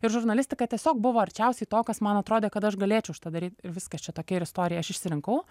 ir žurnalistika tiesiog buvo arčiausiai to kas man atrodė kad aš galėčiau šitą daryt ir viskas čia tokia ir istorija aš išsirinkau